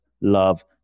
love